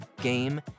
game